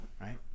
Right